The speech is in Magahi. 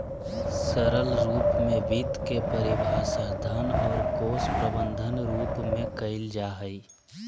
सरल रूप में वित्त के परिभाषा धन और कोश प्रबन्धन रूप में कइल जा हइ